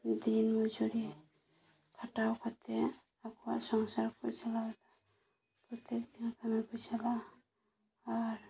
ᱫᱤᱱ ᱢᱚᱡᱩᱨᱤ ᱠᱷᱟᱴᱟᱣ ᱠᱟᱛᱮᱫ ᱟᱠᱚᱣᱟᱜ ᱥᱚᱝᱥᱟᱨ ᱠᱚ ᱪᱟᱞᱟᱣᱮᱫᱟ ᱦᱟᱱᱛᱮ ᱱᱟᱛᱮ ᱠᱟᱹᱢᱤ ᱠᱚ ᱪᱟᱞᱟᱜᱼᱟ ᱟᱨ